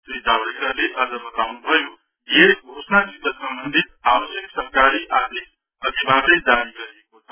श्री जावड़ेकरले अझ बताउँनु भयो कि यस घोषणासित सम्बन्धित आवश्यक सरकारी आदेश अघिबाटै जारी गरिएको छ